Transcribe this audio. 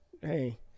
hey